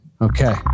Okay